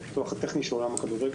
על הפיתוח הטכני של עולם הכדורגל